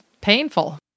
painful